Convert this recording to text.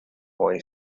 boy